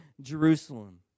Jerusalem